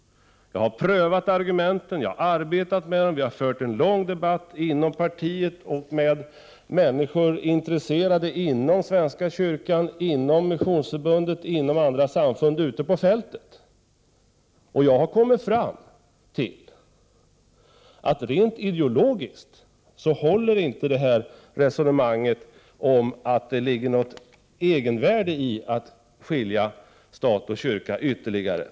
Jag har prövat argumenten och arbetat med dem, och vi har fört en lång debatt inom partiet och med människor som är intresserade inom svenska kyrkan, Missionsförbundet och andra samfund ute på fältet. Jag har kommit fram till att rent ideologiskt håller inte resonemanget om att det ligger något egenvärde i att skilja stat och kyrka ytterligare.